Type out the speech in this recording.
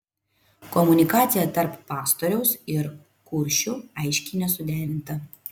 komunikacija tarp pastoriaus ir kuršių aiškiai nesuderinta